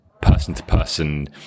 person-to-person